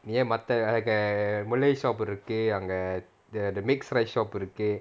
ஏன் மத்த:yaen matha malay shop இருக்கு அங்க:iruku anga the mixed rice shop இருக்கு:iruku